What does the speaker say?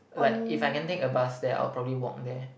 like if I can take a bus there I'll probably walk there